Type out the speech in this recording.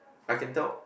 I can tell